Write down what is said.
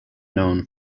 known